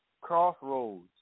crossroads